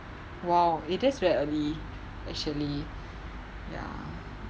!wow! eh that's very early actually ya